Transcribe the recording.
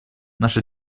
наша